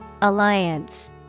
Alliance